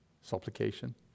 supplication